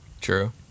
true